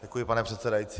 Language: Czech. Děkuji, pane předsedající.